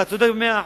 אתה צודק במאה אחוז.